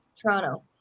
Toronto